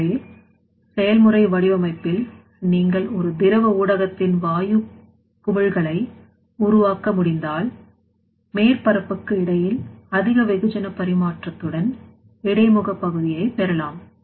எனவே செயல்முறை வடிவமைப்பில் நீங்கள் ஒரு திரவ ஊடகத்தின் வாயு குமிழ்களை உருவாக்க முடிந்தால் மேற்பரப்புக்கு இடையில் அதிக வெகுஜன பரி மாற்றத்துடன் இடைமுக பகுதியை பெறலாம்